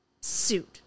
suit